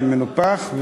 חברים,